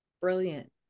Brilliant